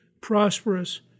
prosperous